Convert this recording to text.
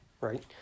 Right